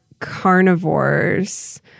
carnivores